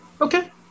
Okay